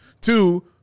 Two